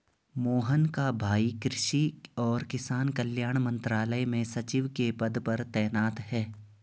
मोहन का भाई कृषि और किसान कल्याण मंत्रालय में सचिव के पद पर तैनात है